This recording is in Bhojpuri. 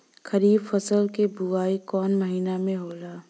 खरीफ फसल क बुवाई कौन महीना में होला?